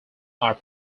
are